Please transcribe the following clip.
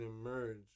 emerge